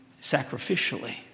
sacrificially